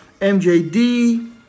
...MJD